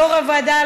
יו"ר הוועדה,